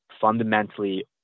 fundamentally